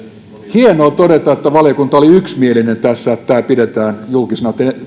hienoa todeta että valiokunta oli yksimielinen tässä että tämä pidetään julkisena